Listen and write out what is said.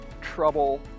trouble